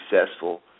successful